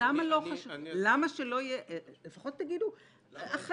למה שלא יהיה --- למה --- אסביר.